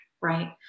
right